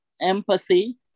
Empathy